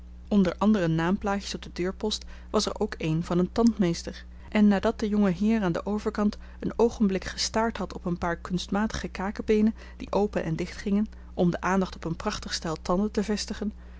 onder andere naamplaatjes op de deurpost was er ook een van een tandmeester en nadat de jongeheer aan den overkant een oogenblik gestaard had op een paar kunstmatige kakebeenen die open en dicht gingen om de aandacht op een prachtig stel tanden te vestigen